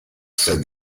said